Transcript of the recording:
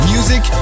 Music